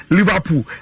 Liverpool